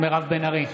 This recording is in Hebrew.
מירב בן ארי,